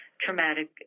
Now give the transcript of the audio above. traumatic